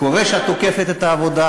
קורה שאת תוקפת את העבודה,